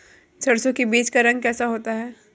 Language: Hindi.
सरसों के बीज का रंग कैसा होता है?